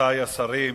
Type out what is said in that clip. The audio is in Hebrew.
רבותי השרים,